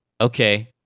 okay